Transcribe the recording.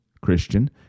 Christian